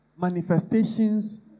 Manifestations